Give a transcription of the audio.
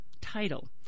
title